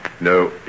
No